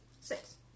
six